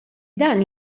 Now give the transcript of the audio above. dan